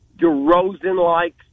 DeRozan-like